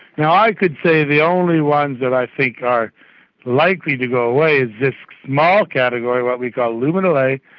now, i could say the only ones that i think are likely to go away is this small category, what we call luminal a,